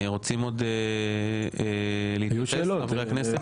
רוצים עוד להתייחס, חברי הכנסת?